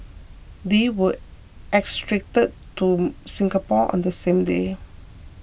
they were extradited to Singapore on the same day